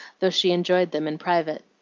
though she enjoyed them in private.